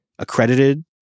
Accredited